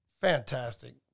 fantastic